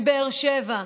מבאר שבע,